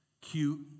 Cute